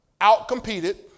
outcompeted